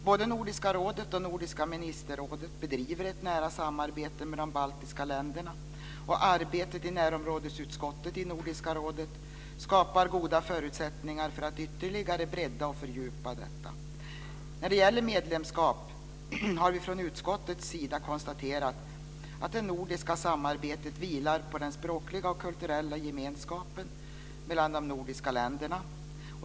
Både Nordiska rådet och Nordiska ministerrådet bedriver ett nära samarbete med de baltiska länderna, och arbetet i närområdesutskottet i Nordiska rådet skapar goda förutsättningar för att ytterligare bredda och fördjupa detta. När det gäller medlemskap har vi från utskottets sida konstaterat att det nordiska samarbetet vilar på den språkliga och kulturella gemenskapen mellan de nordiska länderna.